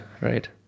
right